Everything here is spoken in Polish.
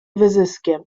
wyzyskiem